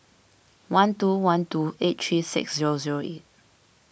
one two one two eight three six zero zero eight